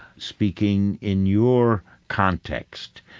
speaking in your context,